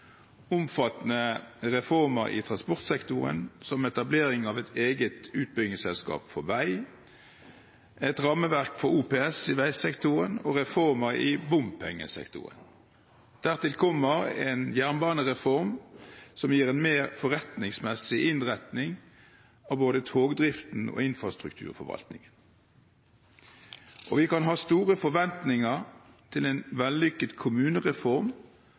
omfattende reformer i transportsektoren som etablering av et eget utbyggingsselskap for vei, et rammeverk for OPS i veisektoren og reformer i bompengesektoren. Dertil kommer en jernbanereform som gir en mer forretningsmessig innretning av både togdriften og infrastrukturforvaltningen. Vi kan ha store forventninger til en vellykket kommunereform